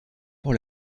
pour